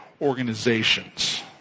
organizations